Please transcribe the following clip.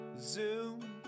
Zoom